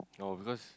oh because